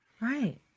Right